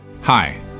Hi